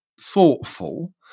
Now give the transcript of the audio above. thoughtful